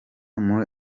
muri